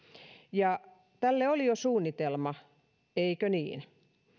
ja tälle oli jo suunnitelma eikö niin